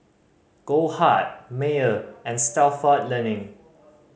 Goldheart Mayer and Stalford Learning